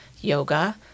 yoga